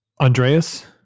Andreas